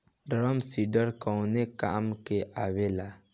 Drum seeder कवने काम में आवेला?